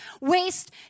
waste